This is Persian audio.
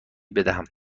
بدهم